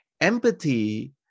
Empathy